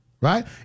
right